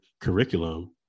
curriculum